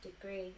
degree